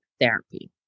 therapy